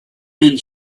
and